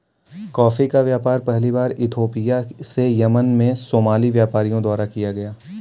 coffee का व्यापार पहली बार इथोपिया से यमन में सोमाली व्यापारियों द्वारा किया गया